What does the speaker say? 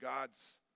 God's